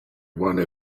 one